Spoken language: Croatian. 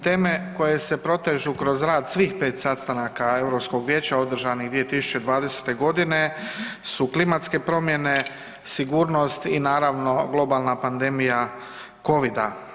Teme koje se protežu kroz rad svih pet sastanaka Europskog vijeća održanih 2020.g. su klimatske promjene, sigurnost i naravno globalna pandemija covida.